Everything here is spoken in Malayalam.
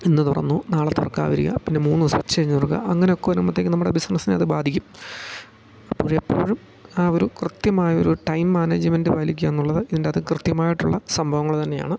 ഇന്ന് തുറന്നു നാളെ തുറക്കുക വരിക പിന്നെ മൂന്ന് ദിവസം ഉച്ച കഴിഞ്ഞ് തുറക്കുക അങ്ങനെ ഒക്കെ വരുമ്പത്തേക്ക് നമ്മുടെ ബിസിനസിനെ അത് ബാധിക്കും അപ്പോഴെപ്പോഴും ആ ഒരു കൃത്യമായൊരു ടൈം മാനേജ്മെന്റ് പാലിക്കാന്നുള്ളത് ഇതിന്റാത്ത് കൃത്യമായിട്ടുള്ള സംഭവങ്ങൾ തന്നെയാണ്